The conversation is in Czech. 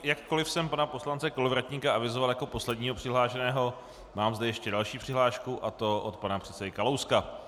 Jakkoliv jsem pana poslance Kolovratníka avizoval jako posledního přihlášeného, mám zde ještě další přihlášku, a to od pana předsedy Kalouska.